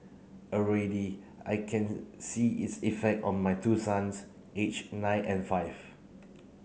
already I can see its effect on my two sons aged nine and five